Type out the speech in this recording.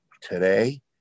today